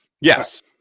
Yes